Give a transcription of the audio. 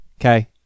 okay